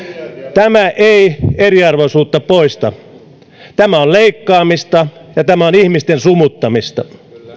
tämä ei eriarvoisuutta poista tämä on leikkaamista ja tämä on ihmisten sumuttamista